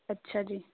ਅੱਛਾ ਜੀ